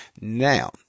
Now